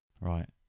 Right